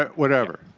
but whatever.